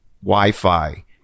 Wi-Fi